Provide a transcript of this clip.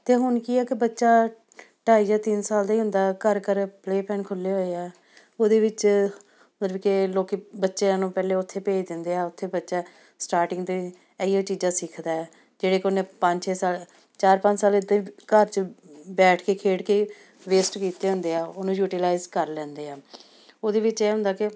ਅਤੇ ਹੁਣ ਕੀ ਆ ਕਿ ਬੱਚਾ ਢਾਈ ਜਾਂ ਤਿੰਨ ਸਾਲ ਦਾ ਹੀ ਹੁੰਦਾ ਘਰ ਘਰ ਪਲੇਅ ਪੈਨ ਖੁੱਲ੍ਹੇ ਹੋਏ ਆ ਉਹਦੇ ਵਿੱਚ ਮਤਲਬ ਕਿ ਲੋਕ ਬੱਚਿਆਂ ਨੂੰ ਪਹਿਲੇ ਉੱਥੇ ਭੇਜ ਦਿੰਦੇ ਆ ਉੱਥੇ ਬੱਚਾ ਸਟਾਰਟਿੰਗ ਦੇ ਇਹੀ ਚੀਜ਼ਾਂ ਸਿੱਖਦਾ ਜਿਹੜੇ ਕਿ ਉਹਨੇ ਪੰਜ ਛੇ ਸਾਲ ਚਾਰ ਪੰਜ ਸਾਲ ਇਸਦੇ ਘਰ 'ਚ ਬੈਠ ਕੇ ਖੇਡ ਕੇ ਵੇਸਟ ਕੀਤੇ ਹੁੰਦੇ ਆ ਉਹਨੂੰ ਯੂਟੀਲਾਈਜ਼ ਕਰ ਲੈਂਦੇ ਆ ਉਹਦੇ ਵਿੱਚ ਇਹ ਹੁੰਦਾ ਕਿ